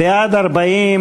40 בעד,